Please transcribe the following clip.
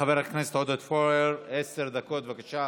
חבר הכנסת עודד פורר, עשר דקות, בבקשה.